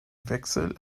wechsel